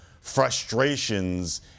frustrations